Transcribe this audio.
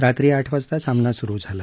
रात्री आठ वाजता सामना स्रू झाला